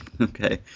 Okay